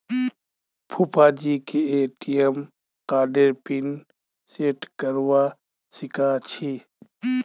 फूफाजीके ए.टी.एम कार्डेर pin set करवा सीखा छि